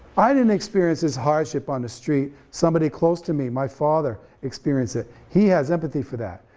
i didn't experience this hardship on the street, somebody close to me, my father, experienced it, he has empathy for that,